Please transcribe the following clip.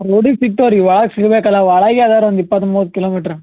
ರೋಡಿಗೆ ಸಿಗ್ತವೆ ರೀ ಒಳಗ್ ಸಿಗಬೇಕಲ್ಲ ಒಳಗ್ ಯಾವ್ದಾರ ಒಂದು ಇಪ್ಪತ್ತು ಮೂವತ್ತು ಕಿಲೋಮೀಟ್ರ್